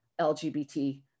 LGBT